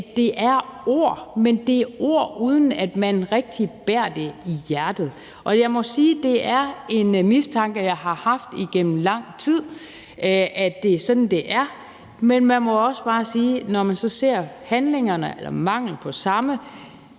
det er ord, men at det er ord, uden at man rigtig bærer det i hjertet. Jeg må sige, det er en mistanke, jeg har haft igennem lang tid, nemlig at det er sådan, det er, men man må også bare sige det, når man så ser handlingerne eller mangel på samme.